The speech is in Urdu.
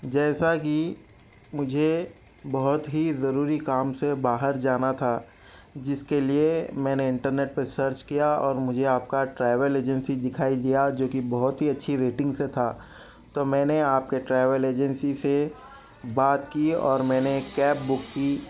جیسا کہ مجھے بہت ہی ضروری کام سے باہر جانا تھا جس کے لیے میں نے انٹرنیٹ پہ سرچ کیا اور مجھے آپ کا ٹریول ایجنسی دکھائی دیا جو کہ بہت ہی اچھی ریٹنگ سے تھا تو میں نے آپ کے ٹریول ایجنسی سے بات کی اور میں نے کیب بک کی